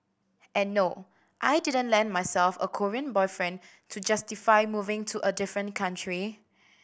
and no I didn't land myself a Korean boyfriend to justify moving to a different country